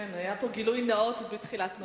כן, היה פה גילוי נאות בתחילת הדברים.